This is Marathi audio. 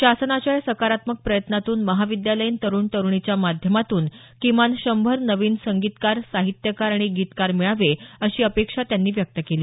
शासनाच्या या सकारात्मक प्रयत्नातून महाविद्यालयीन तरुण तरूणीच्या माध्यमातून किमान शंभर नवीन संगीतकार साहित्यकार आणि गीतकार मिळावे अशी अपेक्षा त्यांनी व्यक्त केली